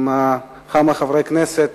עם כמה חברי כנסת,